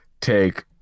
take